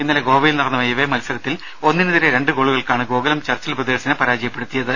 ഇന്നലെ ഗോവയിൽ നടന്ന എവേമത്സരത്തിൽ ഒന്നിനെതിരെ രണ്ട് ഗോളുകൾക്കാണ് ഗോകുലം ചർച്ചിൽ ബ്രദേഴ്സിനെ പരാജയപ്പെടുത്തിയത്